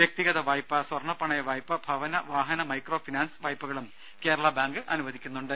വ്യക്തിഗത വായ്പ സ്വർണ്ണ പണയ വായ്പ ഭവന വാഹന മൈക്രോ ഫിനാൻസ് വായ്പകളും കേരള ബാങ്ക് അനുവദിക്കുന്നുണ്ട്